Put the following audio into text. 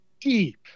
deep